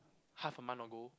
half a month ago